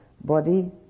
Body